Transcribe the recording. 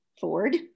Ford